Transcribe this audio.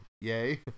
yay